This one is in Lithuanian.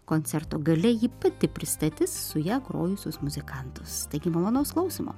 koncerto gale ji pati pristatys su ja grojusius muzikantus taigi malonaus klausymo